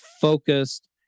focused